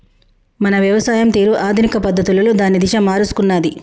మన వ్యవసాయం తీరు ఆధునిక పద్ధతులలో దాని దిశ మారుసుకున్నాది